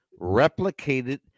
replicated